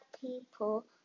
people